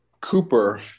Cooper